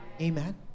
Amen